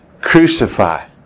crucify